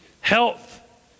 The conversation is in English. Health